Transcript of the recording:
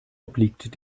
obliegt